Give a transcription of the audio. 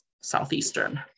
Southeastern